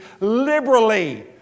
liberally